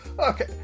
Okay